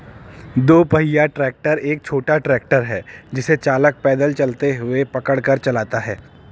दो पहिया ट्रैक्टर एक छोटा ट्रैक्टर है जिसे चालक पैदल चलते हुए पकड़ कर चलाता है